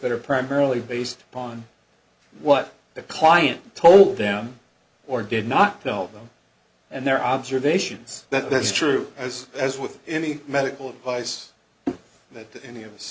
that are primarily based upon what the client told them or did not tell them and their observations that's true as as with any medical advice that any of us